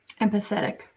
empathetic